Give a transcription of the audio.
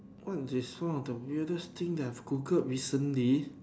one of this sound of the weirdest thing that I've Google recently